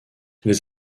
les